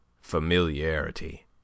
familiarity